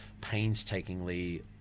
painstakingly